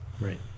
Right